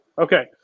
Okay